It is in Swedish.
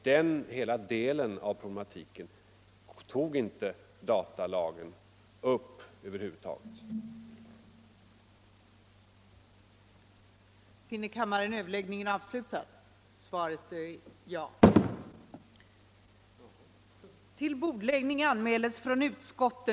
Den delen av problematiken tog nämligen datalagen över huvud taget inte upp.